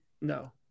no